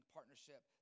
Partnership